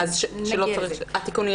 נגיע לזה.